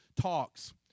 talks